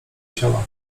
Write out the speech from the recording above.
ciała